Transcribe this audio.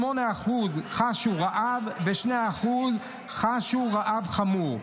8% חשו רעב ו-2% חשו רעב חמור.